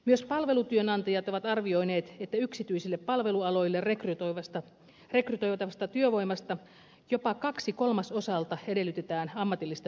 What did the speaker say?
myös palvelutyönantajat ovat arvioineet että yksityisille palvelualoille rekrytoitavasta työvoimasta jopa kahdelta kolmasosalta edellytetään ammatillista peruskoulutusta